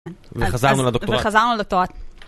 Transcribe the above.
וחזרנו לדוקטורט.